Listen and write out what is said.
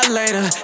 later